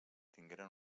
tingueren